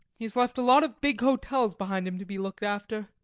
he has left a lot of big hotels behind him to be looked after.